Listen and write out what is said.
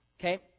Okay